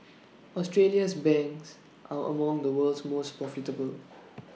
Australia's banks are among the world's most profitable